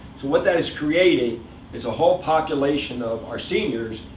what that is creating is a whole population of our seniors,